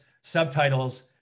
subtitles